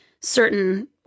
certain